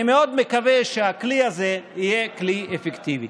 אני מאוד מקווה שהכלי הזה יהיה כלי אפקטיבי.